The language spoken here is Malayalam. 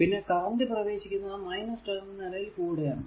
പിന്നെ കറന്റ്പ്രവേശിക്കുന്നത് ടെർമിനലിൽ കൂടെ ആണ്